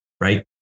right